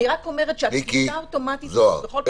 אני רק אומרת שהתפיסה האוטומטית הזאת בכל פעם